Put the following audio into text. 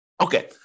Okay